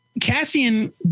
Cassian